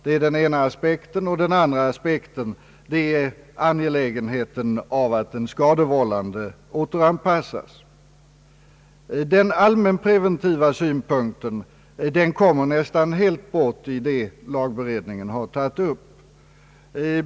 Det är den ena aspekten. Den andra aspekten är angelägenheten av att den skadevållande återanpassas. Den allmänpreventiva synpunkten kommer nästan helt bort i det som lagberedningen har tagit upp.